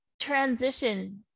transition